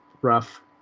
rough